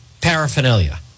paraphernalia